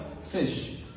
fish